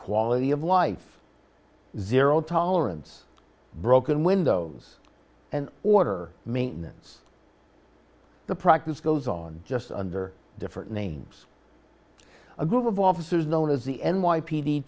quality of life zero tolerance broken windows and order maintenance the practice goes on just under different names a group of officers known as the n